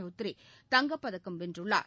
சௌத்திரி தங்கப்பதக்கம் வென்றள்ளார்